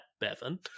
Bevan